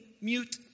mute